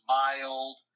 mild